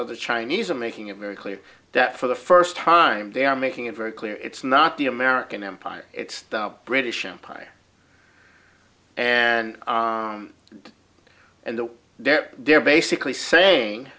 of the chinese are making it very clear that for the first time they are making it very clear it's not the american empire it's the british empire and and that they're there basically saying